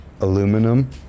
aluminum